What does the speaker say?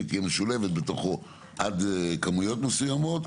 כי היא משולבת בתוכו עד כמויות מסוימות.